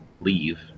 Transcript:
leave